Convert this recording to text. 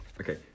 okay